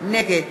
נגד